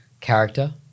Character